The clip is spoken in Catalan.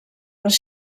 les